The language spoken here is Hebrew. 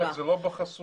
אלכס, זה לא בחסות החוק.